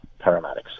paramedics